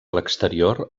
l’exterior